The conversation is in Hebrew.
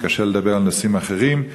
וקשה לדבר על נושאים אחרים.